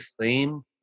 theme